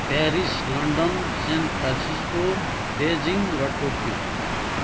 Paris London San Francisco Beijing र Tokyo